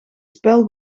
spel